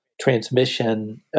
transmission